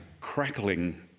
crackling